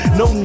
no